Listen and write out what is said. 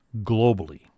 globally